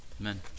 Amen